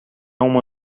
uma